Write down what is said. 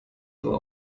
aber